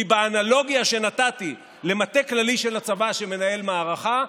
כי באנלוגיה שנתתי למטה כללי של הצבא שמנהל מערכה,